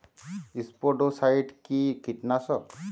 স্পোডোসাইট কি কীটনাশক?